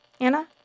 Anna